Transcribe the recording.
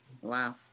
Wow